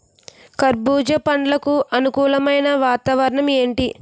కర్బుజ పండ్లకు అనుకూలమైన వాతావరణం ఏంటి?